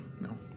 No